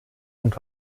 und